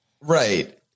Right